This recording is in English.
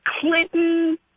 Clinton